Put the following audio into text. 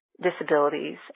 disabilities